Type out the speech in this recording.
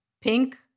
pink